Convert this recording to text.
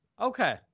Okay